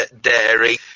dairy